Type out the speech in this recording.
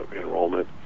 enrollment